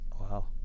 Wow